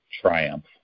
triumph